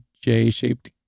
J-shaped